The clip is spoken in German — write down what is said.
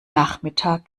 nachmittag